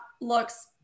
looks